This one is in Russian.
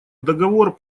договор